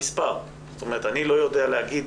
אני לא יודע להגיד